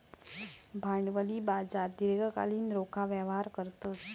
भांडवली बाजार दीर्घकालीन रोखा व्यवहार करतत